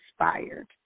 inspired